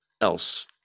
else